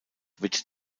wird